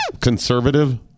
conservative